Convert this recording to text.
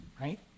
right